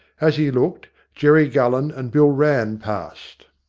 as he looked, jerry guuen and bill rann passed.